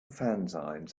fanzines